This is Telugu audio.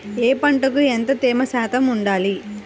ఏ పంటకు ఎంత తేమ శాతం ఉండాలి?